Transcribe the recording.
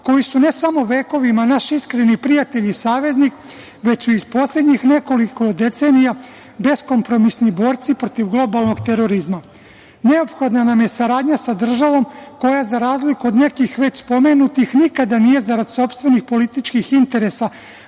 koji su ne samo vekovima naš iskreni prijatelj i saveznik, već i poslednjih nekoliko decenija beskompromisni borci protiv globalnog terorizma. Neophodna nam je saradnja sa državom koja za razliku od nekih već pomenutih nikada nije zarad sopstvenih političkih interesa